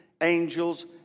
angels